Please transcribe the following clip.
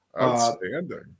Outstanding